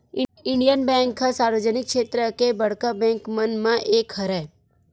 Indian bank ह सार्वजनिक छेत्र के बड़का बेंक मन म एक हरय